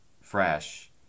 fresh